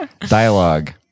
Dialogue